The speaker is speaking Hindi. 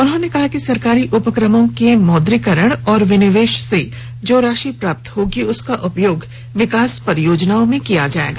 उन्होंने कहा कि सरकारी उपक्रमों के मौद्रीकरण और विनिवेश से जो राशि प्राप्त होगी उसका उपयोग विकास परियोजनाओं में किया जायेगा